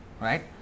right